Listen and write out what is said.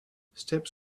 steps